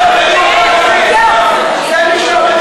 אני רוצה להזכיר לכם,